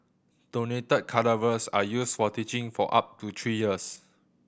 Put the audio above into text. donated cadavers are used for teaching for up to three years